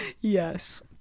yes